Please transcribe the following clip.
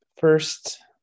First